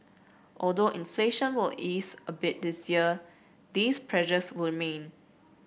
although inflation will ease a bit this year these pressures will remain